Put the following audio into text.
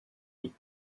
with